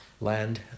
land